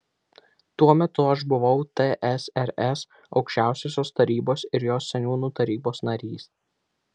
tuo metu aš buvau tsrs aukščiausiosios tarybos ir jos seniūnų tarybos narys